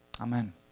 Amen